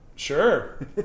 Sure